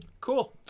cool